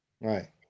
Right